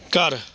ਘਰ